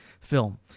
film